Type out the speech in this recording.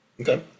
Okay